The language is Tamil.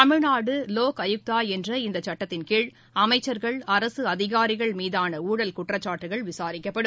தமிழ்நாடு லோக் ஆயுக்தா என்ற இந்த சட்டத்தின் கீழ் அமைச்சர்கள் அரசு அதிகாரிகள் மீதான ஊழல் குற்றச்சாட்டுகள் விசாரிக்கப்படும்